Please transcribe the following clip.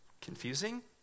confusing